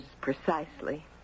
precisely